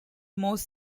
most